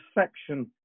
section